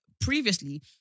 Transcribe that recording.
Previously